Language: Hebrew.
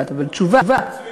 השאלה מצוינת.